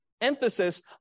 emphasis